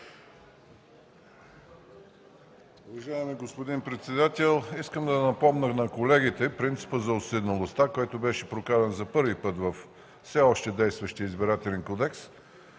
Уважаеми господин председател, искам да напомня на колегите принципа за уседналостта, който беше прокаран за първи път във все още действащия Избирателен кодекс.